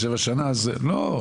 גם כשמשרד החינוך